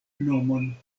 nomon